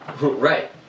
Right